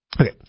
Okay